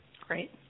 Great